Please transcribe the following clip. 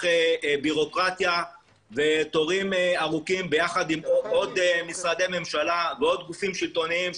בבירוקרטיה ותורים ארוכים ביחד עם עוד משרדי ממשלה ועוד גופים שלטוניים,